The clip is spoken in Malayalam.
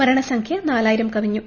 മരണസംഖ്യ നാലായിരം കവിഞ്ഞു